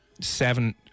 seven